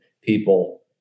people